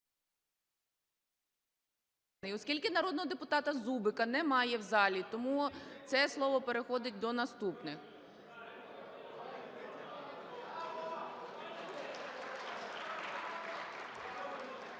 Оскільки народного депутата Зубика немає в залі, тому це слово переходить до наступних.